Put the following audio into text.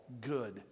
good